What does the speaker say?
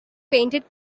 painted